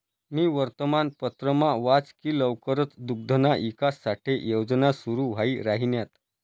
मी वर्तमानपत्रमा वाच की लवकरच दुग्धना ईकास साठे योजना सुरू व्हाई राहिन्यात